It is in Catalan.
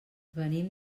venim